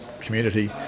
community